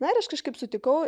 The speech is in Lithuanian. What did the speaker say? na ir aš kažkaip sutikau